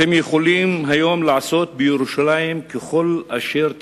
אתם יכולים היום לעשות בירושלים כל אשר תחפצו,